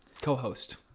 co-host